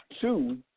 Two